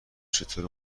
چطور